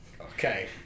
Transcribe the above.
Okay